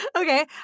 Okay